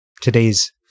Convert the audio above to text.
Today's